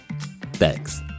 Thanks